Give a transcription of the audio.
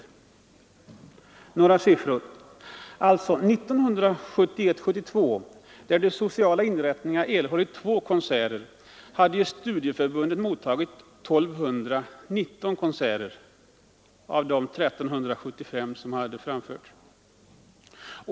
Under 1971/72, då de sociala inrättningarna erhöll två konserter, mottog studieförbunden 1219 av de 1375 konserter som framfördes.